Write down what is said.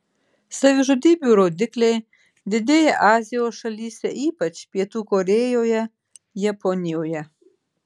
savižudybių rodikliai didėja azijos šalyse ypač pietų korėjoje japonijoje